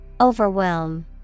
Overwhelm